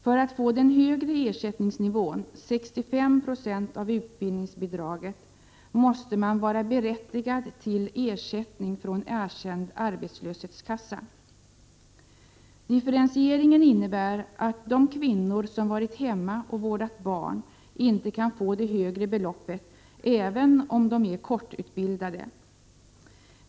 För att få den högre ersättningen, 65 90 av utbildningsbidraget, måste man vara berättigad till ersättning från erkänd arbetslöshetskassa. Differentieringen innebär att de kvinnor som varit hemma och vårdat barn inte kan få det högre beloppet även om de är kortutbildade.